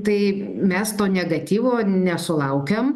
tai mes to negatyvo nesulaukiam